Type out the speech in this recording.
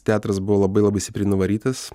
teatras buvo labai labai stipriai nuvarytas